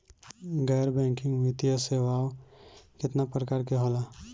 गैर बैंकिंग वित्तीय सेवाओं केतना प्रकार के होला?